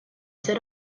said